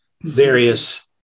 various